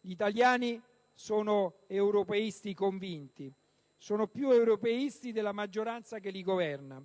Gli italiani sono europeisti convinti. Sono più europeisti della maggioranza che li governa!